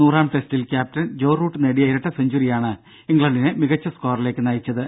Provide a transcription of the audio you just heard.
നൂറാം ടെസ്റ്റിൽ captain Joe Root നേടിയ ഇരട്ട സെഞ്ച്വുറിയാണ് ഇംഗ്ലണ്ടിനെ മികച്ച സ്കോറിലേക്ക് നയിച്ചത്